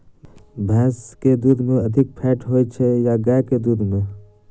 भैंस केँ दुध मे अधिक फैट होइ छैय या गाय केँ दुध में?